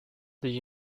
the